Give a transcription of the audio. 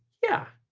yeah,